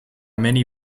many